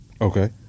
Okay